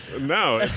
No